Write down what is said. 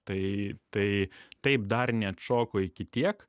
tai tai taip dar neatšoko iki tiek